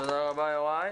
תודה רבה, יוראי.